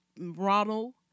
Ronald